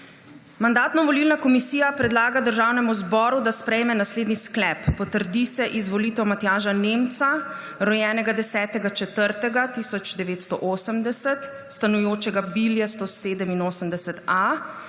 Mandatno-volilna komisija predlaga Državnemu zboru, da sprejme naslednji sklep: Potrdi se izvolitev Matjaža Nemca, rojenega 10. 4. 1980, stanujočega Bilje 187.a,